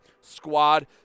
squad